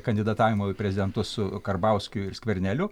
kandidatavimo į prezidentus su karbauskiu ir skverneliu